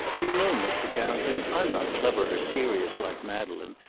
do you know, mr. carrington, i'm not clever or serious, like madeleine,